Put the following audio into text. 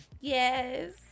Yes